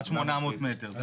עד 800 מטר.